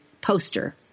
poster